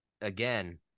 again